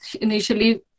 initially